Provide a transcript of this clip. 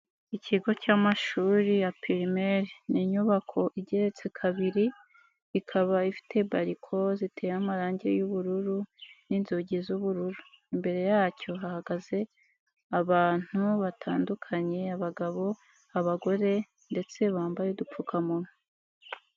Ikigo cy'amashuri ya pirimeri ni inyubako igereretse kabiri ikaba ifite bariko ziteye amarange y'ubururu n'inzugi z'ubururu, imbere yacyo hahagaze abantu batandukanye, abagabo, abagore ndetse bambaye udupfukamunwa.